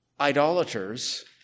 idolaters